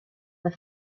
the